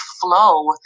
flow